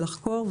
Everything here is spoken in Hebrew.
לחקור,